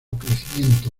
crecimiento